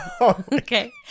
okay